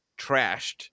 trashed